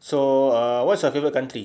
so uh what's your favourite country